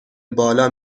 بالا